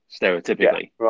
stereotypically